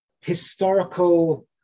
historical